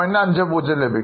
50 ലഭിക്കും